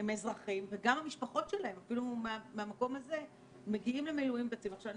הם אזרחים שמגיעים למילואים, זה גם